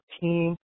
team